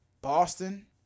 Boston